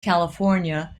california